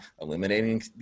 eliminating